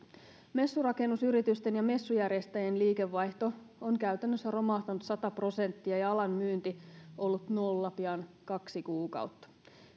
messurakennusyritysten ja messujärjestäjien liikevaihto on käytännössä romahtanut sata prosenttia ja ja alan myynti ollut nolla pian kaksi kuukautta